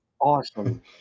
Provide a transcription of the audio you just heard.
Awesome